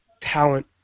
talent